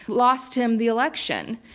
lost him the election.